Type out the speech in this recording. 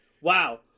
Wow